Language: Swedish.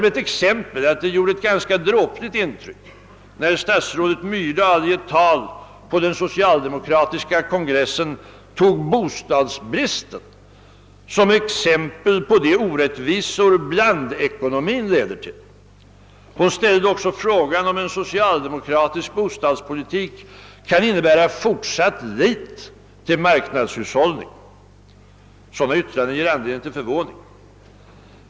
Det gjorde ett ganska dråpligt intryck när statsrådet Myrdal i ett tal på den socialdemokratiska kongressen tog bo stadsbristen som exempel på »de orättvisor som blandekonomin leder till». Hon ställde också frågan om en socialdemokratisk bostadspolitik »kan innebära fortsatt lit till en marknadshushållning». Sådana yttranden ger anledning till förvåning.